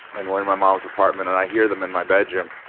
and we're in my mom's apartment, and i hear them in my bedroom.